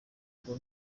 ngo